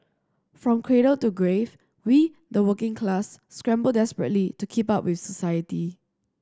from cradle to grave we the working class scramble desperately to keep up with society